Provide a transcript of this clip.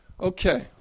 okay